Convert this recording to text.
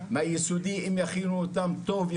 ביסודי אם יכינו אותם טוב,